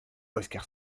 oscar